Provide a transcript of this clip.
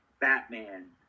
Batman